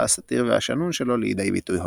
הסאטירי והשנון שלו לידי ביטוי הולם.